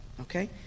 Okay